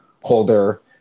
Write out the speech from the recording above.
Holder